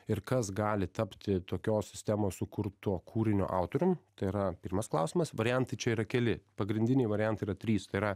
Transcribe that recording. ir kas gali tapti tokios sistemos sukurto kūrinio autorium tai yra pirmas klausimas variantai čia yra keli pagrindiniai variantai yra trys tai yra